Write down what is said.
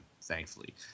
thankfully